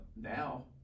Now